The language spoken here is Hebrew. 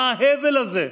מה ההבל הזה?